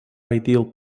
ideal